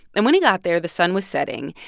and when he got there, the sun was setting,